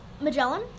Magellan